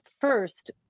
first